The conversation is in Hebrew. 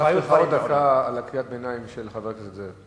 הוספתי לך עוד דקה על קריאת הביניים של חבר הכנסת זאב.